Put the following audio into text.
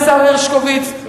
השר הרשקוביץ,